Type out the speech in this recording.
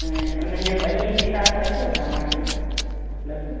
ऐं उननि जो बन्नी किताबु अथव तव्हां वटि उपलब्ध